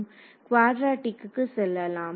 மாணவர் குவாட்ரெடிக்கு செல்லலாம்